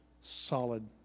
solid